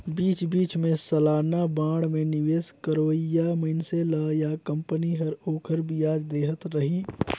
बीच बीच मे सलाना बांड मे निवेस करोइया मइनसे ल या कंपनी हर ओखर बियाज देहत रही